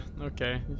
okay